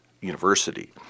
University